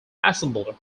assembled